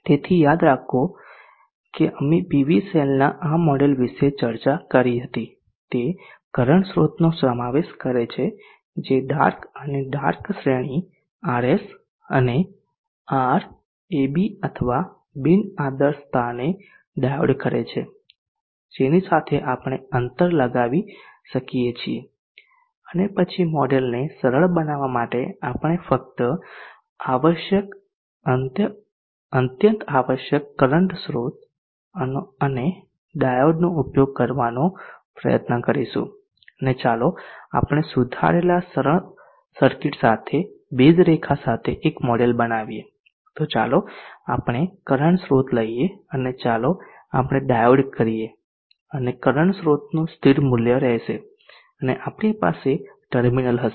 તેથી યાદ કરો કે અમે પીવી સેલના આ મોડેલ વિશે ચર્ચા કરી હતી તે કરંટ સ્રોતનો સમાવેશ કરે છે જે ડાર્ક અને ડાર્ક શ્રેણી RS અને Rab અથવા બિન આદર્શતાને ડાયોડ કરે છે જેની સાથે આપણે અંતર લગાવી શકીએ છીએ અને પછી મોડેલને સરળ બનાવવા માટે આપણે ફક્ત આવશ્યક અત્યંત આવશ્યક કરંટ સ્રોત અને ડાયોડનો ઉપયોગ કરવાનો પ્રયત્ન કરીશું અને ચાલો આપણે સુધારેલા સરળ સર્કિટ સાથે બેઝ રેખા સાથે એક મોડેલ બનાવીએ તો ચાલો આપણે કરંટ સ્રોત લઈએ અને ચાલો આપણે ડાયોડ કરીએ અને કરંટ સ્રોતનું સ્થિર મૂલ્ય રહેશે અને આપણી પાસે ટર્મિનલ હશે